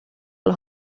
los